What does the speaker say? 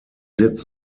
sitz